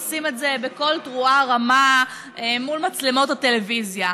עושים את זה בקול תרועה רמה מול מצלמות הטלוויזיה,